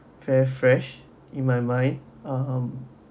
very fresh in my mind um